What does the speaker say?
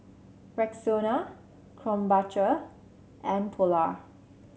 Rexona Krombacher and Polar